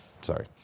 sorry